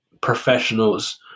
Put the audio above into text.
professionals